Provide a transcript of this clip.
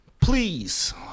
please